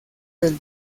del